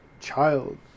child